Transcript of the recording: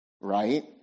right